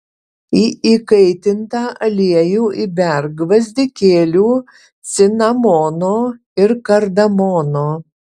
į įkaitintą aliejų įberk gvazdikėlių cinamono ir kardamono